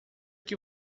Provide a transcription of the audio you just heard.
que